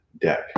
deck